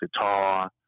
guitar